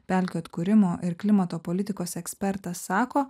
pelkių atkūrimo ir klimato politikos ekspertas sako